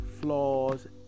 flaws